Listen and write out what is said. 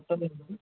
auto में